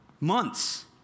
months